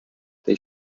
they